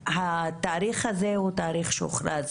התאריך הזה, הוא תאריך שהוכרז